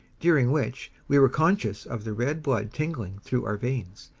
during which we were conscious of the red blood tingling through our veins,